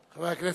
חבר הכנסת,